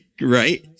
right